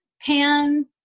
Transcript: pan